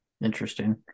Interesting